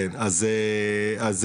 אז זה המתווה.